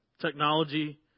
technology